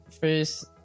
first